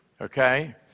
okay